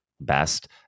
best